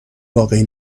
واقعی